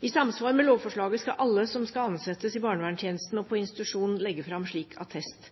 I samsvar med lovforslaget skal alle som skal ansettes i barneverntjenesten og på institusjon, legge fram slik attest.